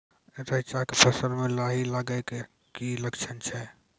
रैचा के फसल मे लाही लगे के की लक्छण छै?